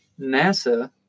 NASA